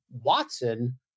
Watson